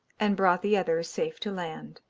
and brought the other safe to land.